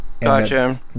gotcha